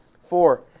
Four